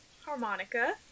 Harmonica